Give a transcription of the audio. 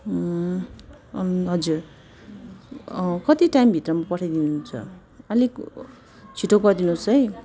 हजुर कति टाइम भित्रमा पठाइ दिनु हुन्छ अलिक छिटो गरिदिनु होस् है